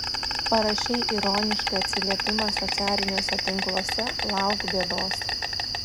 parašei ironišką atsiliepimą socialiniuose tinkluose lauk bėdos